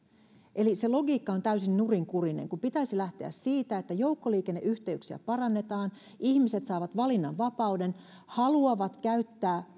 eli se logiikka on täysin nurinkurinen pitäisi lähteä siitä että joukkoliikenneyhteyksiä parannetaan ihmiset saavat valinnanvapauden haluavat käyttää